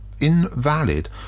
invalid